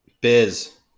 Biz